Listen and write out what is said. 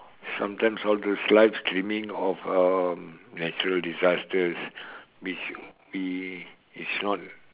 sometimes all those live streaming of um natural disasters which we is not